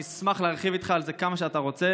ואני אשמח להרחיב איתך על זה כמה שאתה רוצה.